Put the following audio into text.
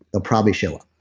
they'll probably show up.